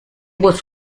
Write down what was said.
was